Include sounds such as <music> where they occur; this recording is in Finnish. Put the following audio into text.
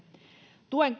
tuen <unintelligible>